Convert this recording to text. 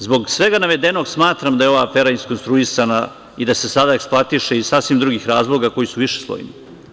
Zbog svega navedenog smatram da je ova afera iskonstruisana i da se sada eksploatiše iz sasvim drugih razloga koji su višeslojni.